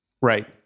Right